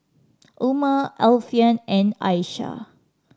Umar Alfian and Aisyah